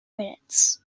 minutes